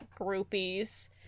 groupies